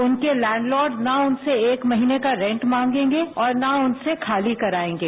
उनके लैंडलोड न उनसे एक महीने का रेंट मांगेगे और न उनसे खाली करायेंगे